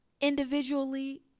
individually